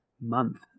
month